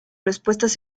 respuestas